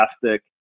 fantastic